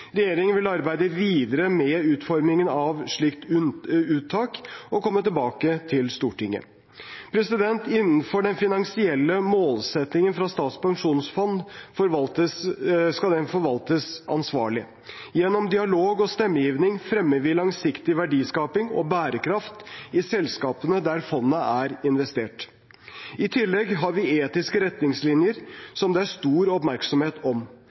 Regjeringen vil arbeide videre med utformingen av et slikt uttak og komme tilbake til Stortinget. Innenfor den finansielle målsettingen skal Statens pensjonsfond forvaltes ansvarlig. Gjennom dialog og stemmegivning fremmer vi langsiktig verdiskaping og bærekraft i selskapene der fondet er investert. I tillegg har vi etiske retningslinjer, som det er stor oppmerksomhet om.